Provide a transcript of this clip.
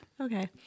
Okay